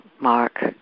Mark